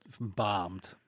bombed